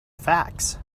facts